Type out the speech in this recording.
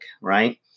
right